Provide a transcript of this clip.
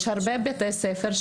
יש הרבה בתי ספר,